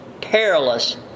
perilous